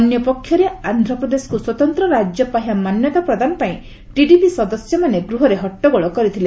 ଅନ୍ୟପକ୍ଷରେ ଆନ୍ଧ୍ୟପ୍ରଦେଶକ୍ତ ସ୍ୱତନ୍ତ୍ର ରାଜ୍ୟ ପାହ୍ୟା ମାନ୍ୟତା ପ୍ରଦାନ ପାଇଁ ଟିଡିପି ସଦସ୍ୟମାନେ ଗୃହରେ ହଟ୍ଟଗୋଳ କରିଥିଲେ